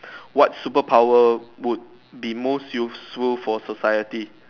what superpower would be most useful for society